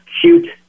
cute